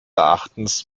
erachtens